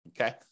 Okay